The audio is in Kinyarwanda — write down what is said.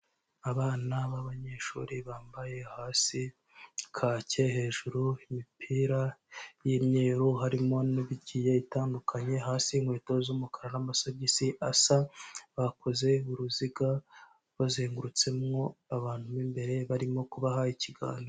Abana b'abanyeshuri bambaye hasi kake hejuru imipira y'imyeru harimo n'ibigiye itandukanye hasi inkweto z'umukara n'amasogisi asa, bakoze uruziga bazengurutsemwo abantu mo imbere barimo kubaha ikigani.